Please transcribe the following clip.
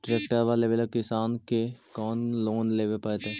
Tractor लेवेला किसान के कौन लोन लेवे पड़तई?